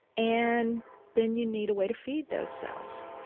and then you need a way to feed those cells